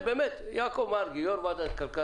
יעקב מרגי יושב-ראש ועדת הכלכלה,